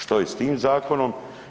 Što je s tim zakonom?